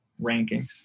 rankings